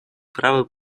права